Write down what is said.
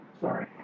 Sorry